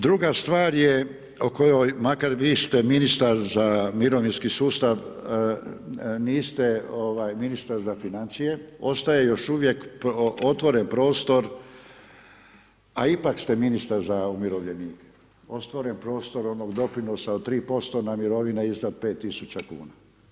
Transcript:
Druga stvar je o kojoj, makar vi ste ministar za mirovinski sustav, niste ministar za financije, ostaje još uvijek otvoren prostor, a ipak ste ministar za umirovljenike, ostvaren prostornog doprinosa od 3% na mirovine iznad 5000 kn.